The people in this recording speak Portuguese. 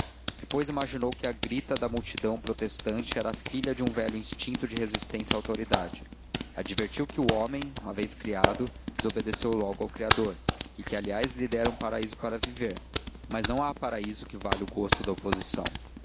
depois imaginou que a grita da multidão protestante era filha de um velho instinto de resistência à autoridade advertiu que o homem uma vez criado desobedeceu logo ao criador que aliás lhe dera um paraíso para viver mas não há paraíso que valha o gosto da oposição